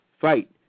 Fight